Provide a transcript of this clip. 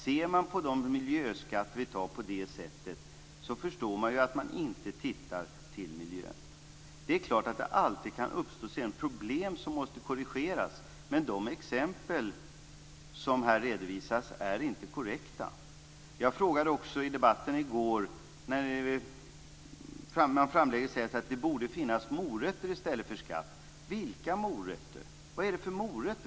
Ser man på miljöskatterna på det sättet förstår jag att man inte ser till miljön. Det är klart att det alltid kan uppstå problem som måste korrigeras. Men de exempel som här redovisas är inte korrekta. Det sades i debatten i går att det borde finnas morötter i stället för skatt. Vilka morötter?